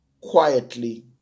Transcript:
quietly